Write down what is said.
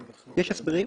יש הסברים.